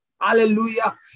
Hallelujah